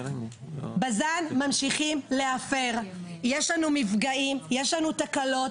בז"ן ממשיכה להפר, יש לנו מפגעים ויש לנו תקלות.